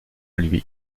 lui